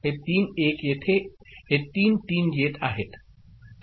हे तीन 1 येथे हे तीन तीन येत आहेत